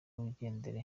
wigendere